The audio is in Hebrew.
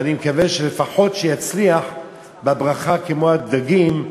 ואני מקווה שלפחות יצליח בברכה כמו הדגים.